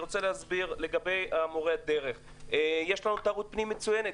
לגבי מורי הדרך, יש לנו תיירות פנים מצוינת.